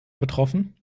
betroffen